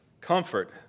comfort